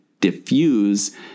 diffuse